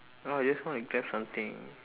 no I just want to grab something